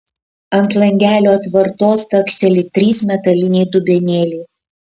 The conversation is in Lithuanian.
ant langelio atvartos takšteli trys metaliniai dubenėliai